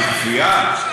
בכפייה?